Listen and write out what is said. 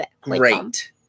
Great